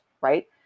right